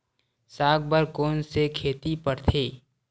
साग बर कोन से खेती परथे?